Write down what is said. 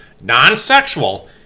non-sexual